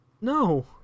No